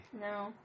No